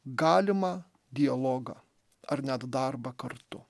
galimą dialogą ar net darbą kartu